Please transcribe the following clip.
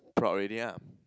proud already ah